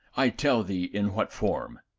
i tell thee in what form.